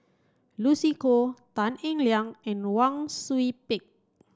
Lucy Koh Tan Eng Liang and Wang Sui Pick